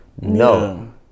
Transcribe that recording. no